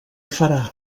farà